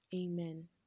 Amen